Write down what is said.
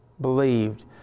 believed